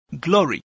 glory